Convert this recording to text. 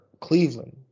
Cleveland